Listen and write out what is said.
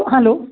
hello